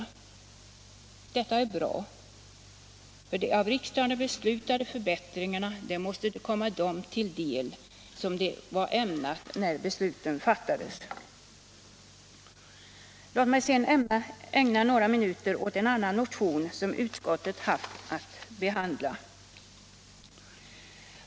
Det är bra, för de av riksdagen beslutade förbättringarna måste också komma dem till del som avsågs när beslutet fattades. Låt mig sedan ägna några minuter åt en annan motion som utskottet haft att behandla.